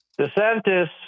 desantis